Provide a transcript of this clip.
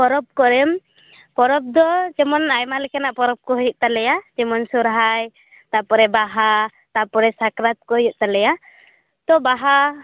ᱯᱚᱨᱚᱵᱽ ᱠᱚᱨᱮᱢ ᱯᱚᱨᱚᱵᱽ ᱫᱚ ᱡᱮᱢᱚᱱ ᱚᱭᱢᱟ ᱞᱮᱠᱟᱱᱟᱜ ᱯᱚᱨᱚᱵᱽ ᱠᱚ ᱦᱩᱭᱩᱜ ᱛᱟᱞᱮᱭᱟ ᱡᱮᱢᱚᱱ ᱥᱚᱦᱚᱨᱟᱭ ᱛᱟᱯᱚᱨᱮ ᱵᱟᱦᱟ ᱛᱟᱯᱚᱨᱮ ᱥᱟᱠᱨᱟᱛ ᱠᱚ ᱦᱩᱭᱩᱜ ᱛᱟᱞᱮᱭᱟ ᱛᱚ ᱵᱟᱦᱟ